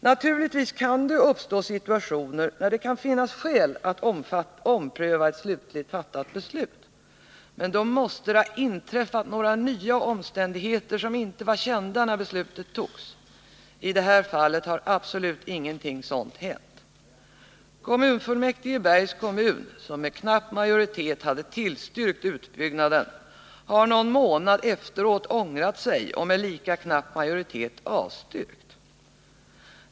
Naturligtvis kan det uppstå situationer när det kan finnas skäl att ompröva ett slutligt fattat beslut. Men då måste det ha inträffat några nya omständigheter som inte varit kända när beslutet togs. I detta fall har absolut ingenting sådant hänt. Kommunfullmäktige i Bergs kommun, som med knapp majoritet hade tillstyrkt utbyggnaden, har någon månad efteråt ångrat sig och med lika knapp majoritet avstyrkt.